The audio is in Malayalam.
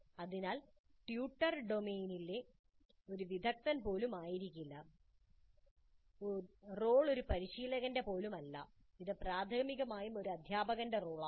അതിനാൽ ട്യൂട്ടർ ഡൊമെയ്നിലെ ഒരു വിദഗ്ദ്ധൻ പോലും ആയിരിക്കില്ല റോൾ ഒരു പരിശീലകന്റെ പോലും അല്ല ഇത് പ്രാഥമികമായി ഒരു അദ്ധ്യാപകന്റെ റോളാണ്